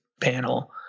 panel